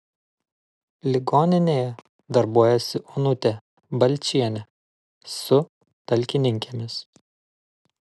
ligoninėje darbuojasi onutė balčienė su talkininkėmis